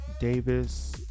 Davis